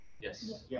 yes